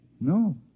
No